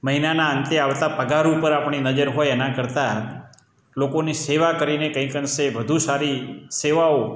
મહીનાના અંતે આવતા પગાર ઉપર આપણી નજર હોય એના કરતાં લોકોની સેવા કરીને કંઈક અંશે વધુ સારી સેવાઓ